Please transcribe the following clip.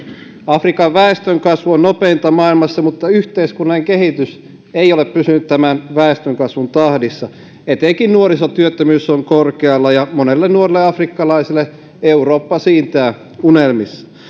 afrikan väestönkasvu on nopeinta maailmassa mutta yhteiskunnan kehitys ei ole pysynyt tämän väestönkasvun tahdissa etenkin nuorisotyöttömyys on korkealla ja monelle nuorelle afrikkalaiselle eurooppa siintää unelmissa